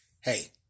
hey